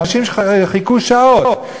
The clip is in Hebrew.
אנשים חיכו שעות.